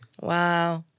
Wow